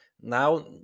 now